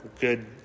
Good